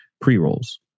pre-rolls